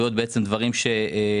כשההתחייבויות הן דברים שהתגלגלו.